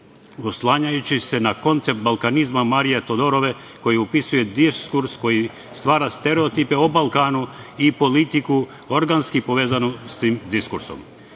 oslanjajući se na koncept balkanizma Marije Todorove koja upisuje diskurs koji stvara stereotipe o Balkanu i politiku organsku povezanu sa tim diskursom. Zaključak